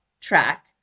track